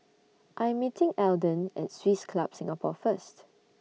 I'm meeting Eldon At Swiss Club Singapore First